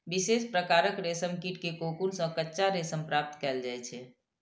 विशेष प्रकारक रेशम कीट के कोकुन सं कच्चा रेशम प्राप्त कैल जाइ छै